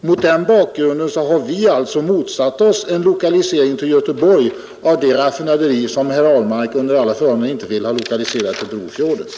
Mot den bakgrunden har vi alltså motsatt oss en lokalisering till Göteborg av det raffinaderi som herr Ahlmark under alla förhållanden inte vill ha lokaliserat till Brofjorden.